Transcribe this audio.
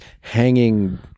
hanging